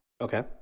Okay